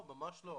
ממש לא.